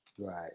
Right